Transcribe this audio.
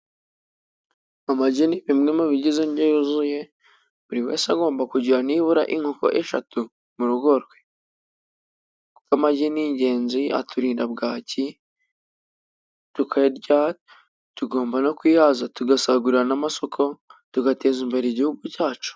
Amagi ni bimwe mu ibigize inryo yuzuye, buri wese agomba kugira nibura inkoko eshatu mu urugo rwe. Kuko amagi ni ingenzi aturinda bwaki tukayarya, tugomba no kwihaza tugasagurira n' amasosoko, tugateza imbere igihugu cyacu.